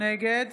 נגד